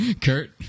Kurt